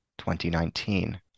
2019